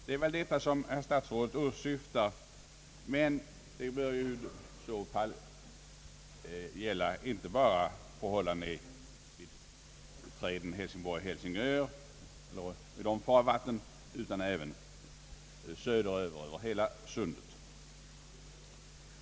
Det är väl detta herr statsrådet åsyftar; men i så fall bör den ordning en inte begränsas till farvattnet Hälsingborg—Helsingör utan tillämpas i hela Sundet.